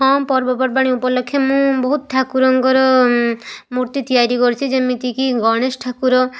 ହଁ ପର୍ବପର୍ବାଣି ଉପଲକ୍ଷେ ମୁଁ ବହୁତ ଠାକୁରଙ୍କର ମୂର୍ତ୍ତି ତିଆରି କରୁଚି ଯେମିତିକି ଗଣେଶ ଠାକୁର